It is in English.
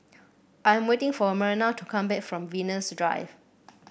I am waiting for Myrna to come back from Venus Drive